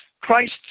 Christ